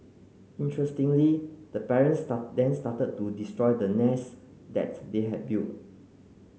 interestingly the parents start then started to destroy the nest that they had built